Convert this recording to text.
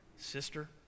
Sister